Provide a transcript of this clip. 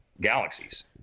galaxies